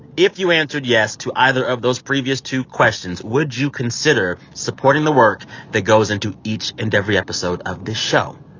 if you answered yes to either of those previous two questions, would you consider supporting the work that goes into each and every episode of this show?